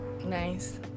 Nice